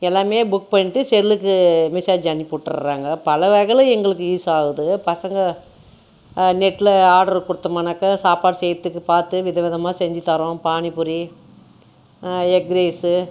எல்லாமே புக் பண்ணிவிட்டு செல்லுக்கு மெசேஜ் அனுப்பி விட்டுறாங்க பல வகையில் எங்களுக்கு யூஸாகுது பசங்க நெட்டில் ஆட்ரு கொடுத்தோமுனாக்கா சாப்பாடு செய்கிறத்துக்கு பார்த்து விதவிதமாக செஞ்சுத் தர்றோம் பானிப்பூரி எக் ரைஸு